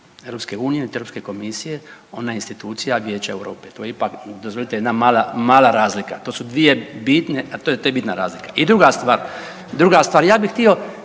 Europske unije niti Europske komisije, ona je institucija Vijeća Europe. To je ipak dozvolite jedna mala razlika. To su dvije bitne, to je bitna razlika. I druga stvar. Ja bih htio